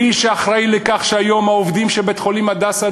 מי שאחראי לכך שהיום העובדים של בית-החולים "הדסה",